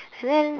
and then